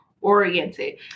oriented